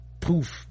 poof